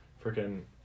freaking